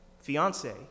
fiance